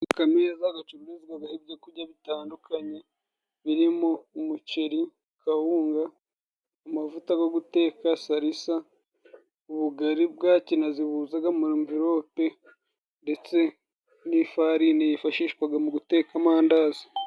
Akameza gacururizwagaho ibyo kurya bitandukanye birimo: umuceri, kawunga, amavuta go guteka, sarisa, ubugari bwa kinazi buzaga mu mverope, ndetse n'ifarini yifashishwaga mu guteka amandazi.